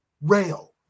rail